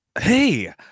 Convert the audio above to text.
hey